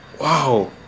Wow